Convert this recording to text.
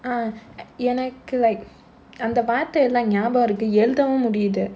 err எனக்கு:ennakku like அந்த வார்த்தை எல்லாம் ஞாபகம் இருக்கு எழுதவும் முடியுது:antha vaarthai ellaam nyabagam irukku ezhuthavum mudiyuthu